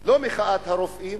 לא את מחאת הרופאים,